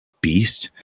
beast